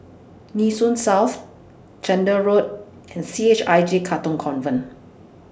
Nee Soon South Chander Road and C H I J Katong Convent